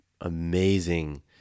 amazing